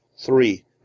Three